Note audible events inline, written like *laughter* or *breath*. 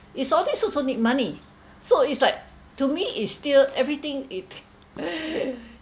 *breath* it's all these also need money so it's like to me it's still everything it *breath*